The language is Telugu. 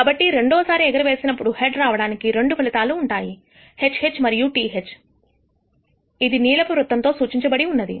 కాబట్టి రెండోసారి ఎగరవేసినప్పుడు హెడ్ రావడానికి రెండు ఫలితాలు ఉంటాయి HH మరియుTH ఇది నీలపు వృత్తం తో సూచించబడింది